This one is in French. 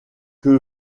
que